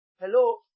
Hello